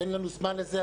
אין לנו זמן לזה,